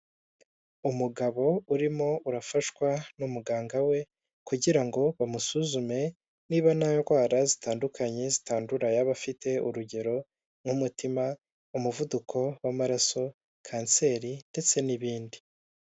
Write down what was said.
Umugabo urimo Urafashwa n'umuganga we kugira ngo bamusuzume niba nta ndwara zitandukanye zitandura yaba fite urugero nk'umutima, umuvuduko w'amaraso, kanseri ndetse n'ibindi.